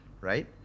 right